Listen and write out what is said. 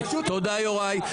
תודה יוראי.